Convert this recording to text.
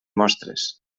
mostres